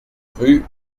rue